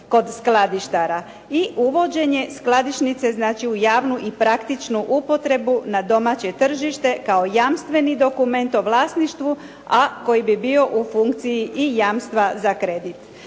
kod skladištara i uvođenje skladišnice znači u javnu i pravnu i praktičnu upotrebu na domaće tržište kao jamstveni dokument o vlasništvu, a koji bi bio u funkciji i jamstva za kredit.